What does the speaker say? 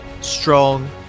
strong